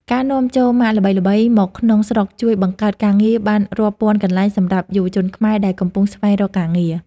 ការនាំចូលម៉ាកល្បីៗមកក្នុងស្រុកជួយបង្កើតការងារបានរាប់ពាន់កន្លែងសម្រាប់យុវជនខ្មែរដែលកំពុងស្វែងរកការងារ។